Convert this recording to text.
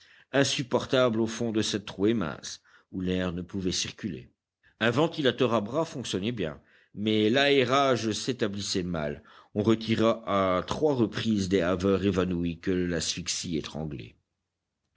insupportable au fond de cette trouée mince où l'air ne pouvait circuler un ventilateur à bras fonctionnait bien mais l'aérage s'établissait mal on retira à trois reprises des haveurs évanouis que l'asphyxie étranglait